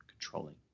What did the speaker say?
controlling